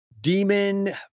Demon